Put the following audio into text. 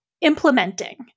implementing